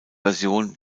version